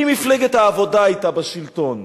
אם מפלגת העבודה היתה בשלטון,